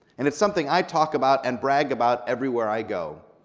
and it's something i talk about and brag about everywhere i go,